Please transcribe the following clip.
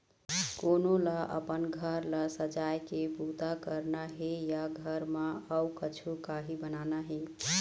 कोनो ल अपन घर ल सजाए के बूता करना हे या घर म अउ कछु काही बनाना हे